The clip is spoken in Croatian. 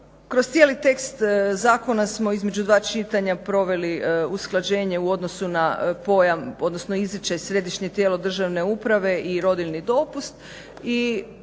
Kroz cijeli tekst zakona smo između dva čitanja proveli usklađenje u odnosu na pojam odnosno izričaj središnje tijelo državne uprave i rodiljni dopust i